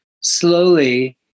slowly